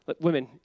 Women